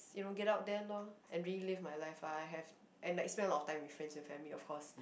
you know get out there loh and really live my life lah I have and like spend a lot of time with friends and family of course